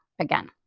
again